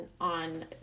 on